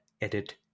edit